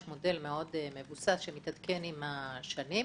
יש מודל מבוסס שמתעדכן עם השנים.